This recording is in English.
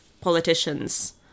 politicians